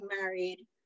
married